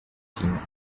him